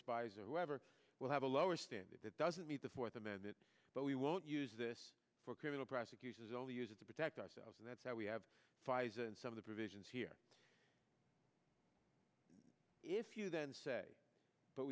spies or whoever will have a lower standard that doesn't meet the fourth amendment but we won't use this for criminal prosecutions only use it to protect ourselves and that's why we have some of the provisions here if you then say but